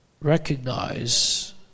recognize